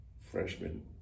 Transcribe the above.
Freshman